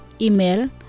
Email